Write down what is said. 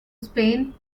spain